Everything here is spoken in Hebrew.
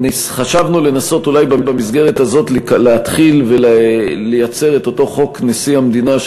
חשבנו לנסות אולי במסגרת הזאת להתחיל ולייצר את אותו חוק נשיא המדינה,